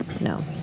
no